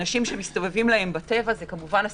בשלב השני,